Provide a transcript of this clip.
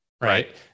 Right